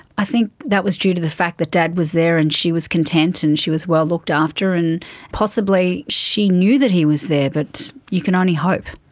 i think that was due to the fact that dad was there and she was content and she was well looked after. and possibly she knew that he was there, but you can only hope.